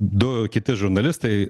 du kiti žurnalistai